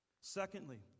Secondly